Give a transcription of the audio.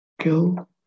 kill